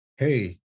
Hey